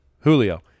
Julio